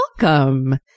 welcome